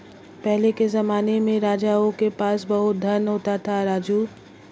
पहले के जमाने में राजाओं के पास बहुत धन होता था, राजू